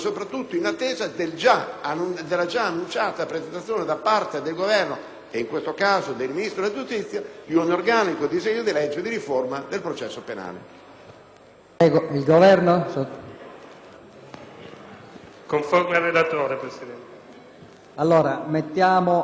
e in questo caso del Ministro della giustizia, di un organico disegno di legge di riforma del processo penale.